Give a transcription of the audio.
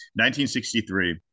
1963